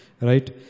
right